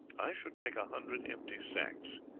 i should take a hundred empty sacks.